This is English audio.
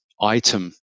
item